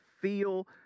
feel